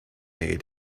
egg